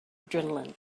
adrenaline